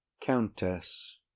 countess